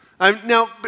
Now